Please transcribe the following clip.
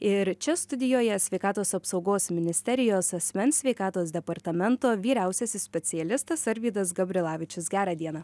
ir čia studijoje sveikatos apsaugos ministerijos asmens sveikatos departamento vyriausiasis specialistas arvydas gabrilavičius gerą dieną